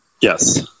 yes